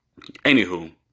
anywho